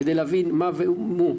כדי להבין מה ומו,